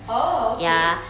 oh okay